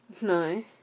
no